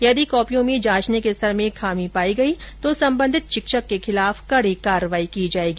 यदि कॉपियों में जांचने के स्तर में खामी पाई गई तो सम्बंधित शिक्षक के खिलाफ कड़ी कार्रवाई की जाएगी